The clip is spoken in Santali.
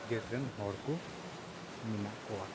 ᱡᱟᱹᱛ ᱨᱮᱱ ᱦᱚᱲ ᱠᱚ ᱢᱮᱱᱟᱜ ᱠᱚᱣᱟ